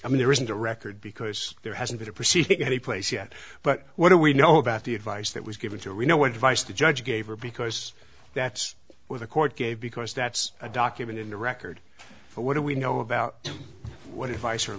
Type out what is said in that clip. i mean there isn't a record because there hasn't been a proceeding any place yet but what do we know about the advice that was given to we know what advice the judge gave her because that's where the court gave because that's a document in the record but what do we know about what device or